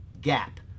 gap